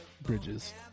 bridges